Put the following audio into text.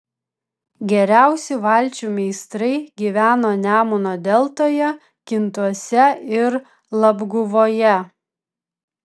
geriausi valčių meistrai gyveno nemuno deltoje kintuose ir labguvoje